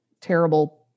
terrible